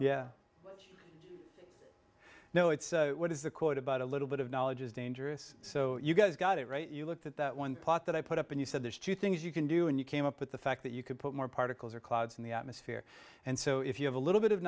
it's what is the quote about a little bit of knowledge is dangerous so you guys got it right you looked at that one pot that i put up and you said there's two things you can do and you came up with the fact that you could put more particles or clouds in the atmosphere and so if you have a little bit of